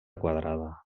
quadrada